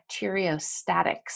bacteriostatics